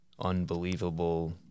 unbelievable